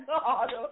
God